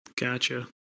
Gotcha